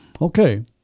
okay